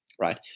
right